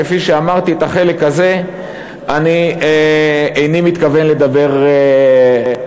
כפי שאמרתי, על החלק הזה איני מתכוון לדבר היום.